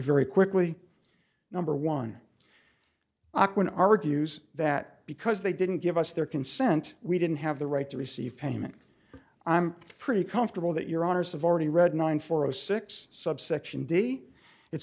very quickly number one awkward argues that because they didn't give us their consent we didn't have the right to receive payment i'm pretty comfortable that your honour's have already read nine for a six subsection day it